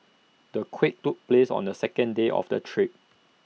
the quake took place on the second day of the trip